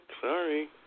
Sorry